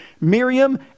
Miriam